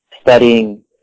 studying